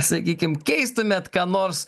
sakykim keistumėt ką nors